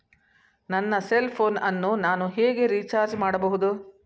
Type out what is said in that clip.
ನನ್ನ cell phone ಅನ್ನು ನಾನು ಹೇಗೆ ರಿಚಾರ್ಜ್ ಮಾಡಬಹುದು?